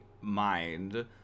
mind